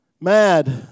mad